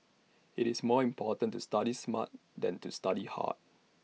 IT is more important to study smart than to study hard